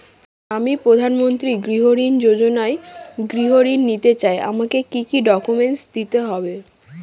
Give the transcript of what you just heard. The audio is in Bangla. আমি প্রধানমন্ত্রী গৃহ ঋণ যোজনায় গৃহ ঋণ নিতে চাই আমাকে কি কি ডকুমেন্টস দিতে হবে?